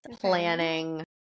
planning